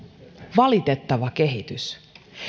valitettava kehitys